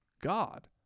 God